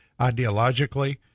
ideologically